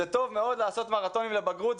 זה טוב מאוד לעשות מרתונים לבגרות,